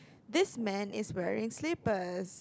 this man is wearing slippers